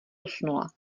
usnula